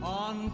on